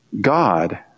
God